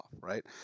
right